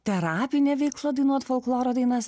terapinė veikla dainuot folkloro dainas